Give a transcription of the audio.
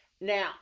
Now